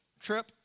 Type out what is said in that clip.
trip